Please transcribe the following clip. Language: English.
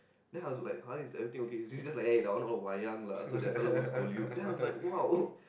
then I was like Harrith is everything okay he just like eh that one all wayang lah so that fellow won't scold you then I was like !wow!